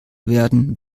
werden